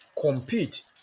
compete